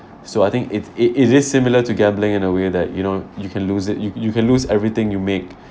so I think it's it is similar to gambling in a way that you know you can lose it you you can lose everything you make